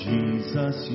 Jesus